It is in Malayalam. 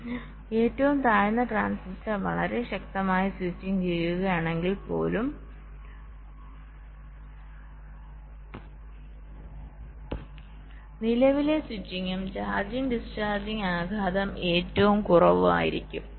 അതിനാൽ ഏറ്റവും താഴ്ന്ന ട്രാൻസിസ്റ്റർ വളരെ ശക്തമായി സ്വിച്ചിംഗ്ചെയ്യുകയാണെങ്കിൽപ്പോലും നിലവിലെ സ്വിച്ചിംഗും ചാർജിംഗ് ഡിസ്ചാർജിംഗ് ആഘാതം ഏറ്റവും കുറവായിരിക്കും